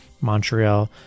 Montreal